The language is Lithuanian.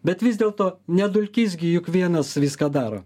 bet vis dėlto ne dulkys gi juk vienas viską daro